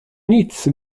nic